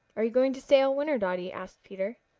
are you going to stay all winter, dotty? asked peter.